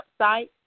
website